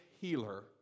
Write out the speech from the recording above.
healer